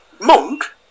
Monk